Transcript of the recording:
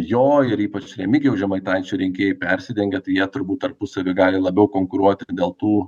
jo ir ypač remigijaus žemaitaičio rinkėjai persidengia tai jie turbūt tarpusavy gali labiau konkuruoti dėl tų